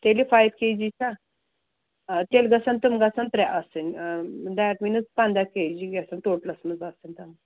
تیٚلہِ five K G چھا آ تیٚلہِ گژھن تِم گژھن ترٛےٚ آسٕنۍ دیٹ میٖنٕز پَنٛداہ کے جی گژھن ٹوٹلَس منٛز آسٕنۍ تِم